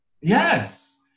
Yes